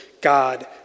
God